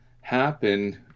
happen